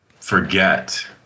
forget